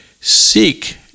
seek